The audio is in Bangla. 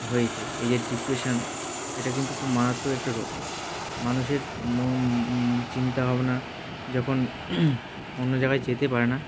হয়েছে এই যে ডিপ্রেশান এটা কিন্তু খুব মারাত্মক একটা রোগ মানুষের ম চিন্তা ভাবনা যখন অন্য জায়গায় যেতে পারে না